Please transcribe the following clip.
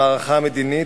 המערכה המדינית,